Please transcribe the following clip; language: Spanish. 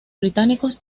británicos